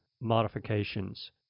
modifications